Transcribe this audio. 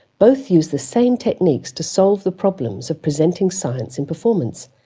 both use the same techniques to solve the problems of presenting science in performance,